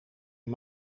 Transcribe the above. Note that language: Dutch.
een